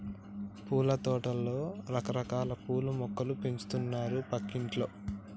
పూలతోటలో రకరకాల పూల మొక్కలు పెంచుతున్నారు పక్కింటోల్లు